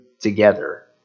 together